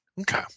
Okay